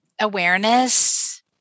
awareness